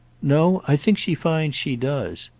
no i think she finds she does.